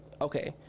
Okay